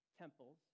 temples